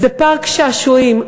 זה פארק שעשועים.